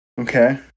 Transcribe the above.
Okay